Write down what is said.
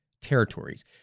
territories